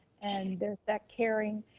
and there's that caring,